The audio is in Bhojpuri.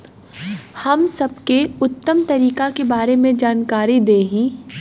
हम सबके उत्तम तरीका के बारे में जानकारी देही?